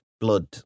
blood